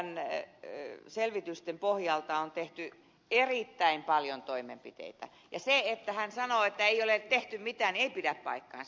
professori kivelän selvitysten pohjalta on tehty erittäin paljon toimenpiteitä ja kun hän sanoo että ei ole tehty mitään tämä ei pidä paikkaansa